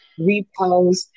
repost